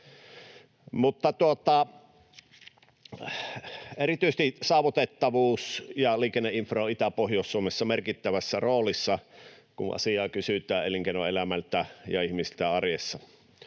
erityisesti saavutettavuus ja liikenneinfra ovat Itä- ja Pohjois-Suomessa merkittävässä roolissa, kun asiaa kysytään elinkeinoelämältä, ja ihmisten arjessa.